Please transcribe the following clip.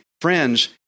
Friends